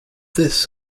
this